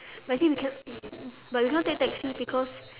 but actually we cannot but we cannot take taxi because